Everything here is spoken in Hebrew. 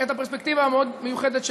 את הפרספקטיבה המאוד-מיוחדת שלו,